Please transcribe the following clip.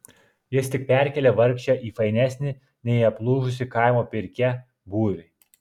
jis tik perkėlė vargšę į fainesnį nei aplūžusi kaimo pirkia būvį